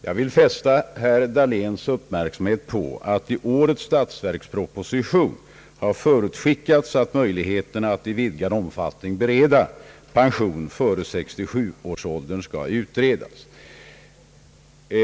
Jag vill fästa herr Dahléns uppmärksamhet på att i årets statsverksproposition har förutskickats, att man skall utreda möjligheten att i vidgad omfattning bereda pension före 67-årsåldern.